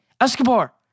Escobar